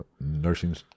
Nursing